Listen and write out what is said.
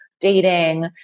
Dating